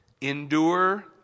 Endure